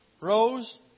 rose